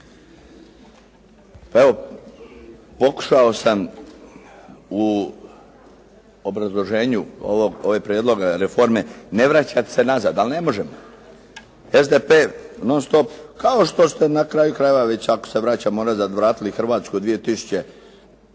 evo, pokušao sam u obrazloženju ovih prijedloga reforme ne vraćati se nazad, ali ne možemo. SDP non stop, kao što ste na kraju krajeva, već ako se vraćamo nazad vratilo Hrvatskoj 2001.